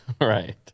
right